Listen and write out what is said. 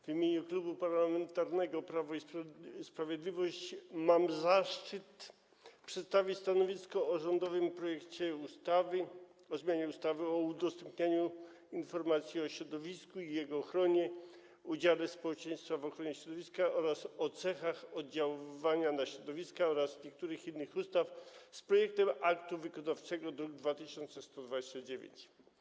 W imieniu Klubu Parlamentarnego Prawo i Sprawiedliwość mam zaszczyt przedstawić stanowisko w sprawie rządowego projektu ustawy o zmianie ustawy o udostępnianiu informacji o środowisku i jego ochronie, udziale społeczeństwa w ochronie środowiska oraz o ocenach oddziaływania na środowisko oraz niektórych innych ustaw wraz z projektem aktu wykonawczego, druk nr 2129.